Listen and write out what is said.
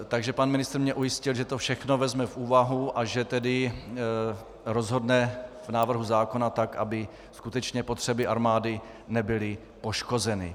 Takže pan ministr mě ujistil, že to všechno vezme v úvahu a že rozhodne v návrhu zákona tak, aby skutečné potřeby armády nebyly poškozeny.